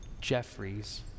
Jeffries